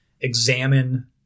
examine